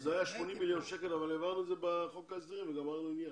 וזה היה 80 מיליון שקל אבל העברנו את זה בחוק ההסדרים וגמרנו עניין.